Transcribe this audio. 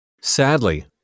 Sadly